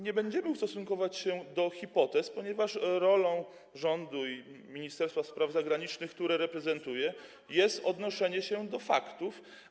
Nie będziemy ustosunkowywać się do hipotez, ponieważ rolą rządu i Ministerstwa Spraw Zagranicznych, które reprezentuję, jest odnoszenie się do faktów.